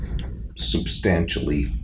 substantially